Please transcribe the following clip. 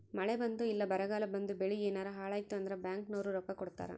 ಮಳೆ ಬಂದು ಇಲ್ಲ ಬರಗಾಲ ಬಂದು ಬೆಳೆ ಯೆನಾರ ಹಾಳಾಯ್ತು ಅಂದ್ರ ಬ್ಯಾಂಕ್ ನವ್ರು ರೊಕ್ಕ ಕೊಡ್ತಾರ